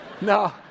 No